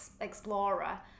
explorer